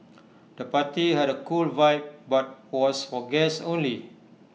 the party had A cool vibe but was for guests only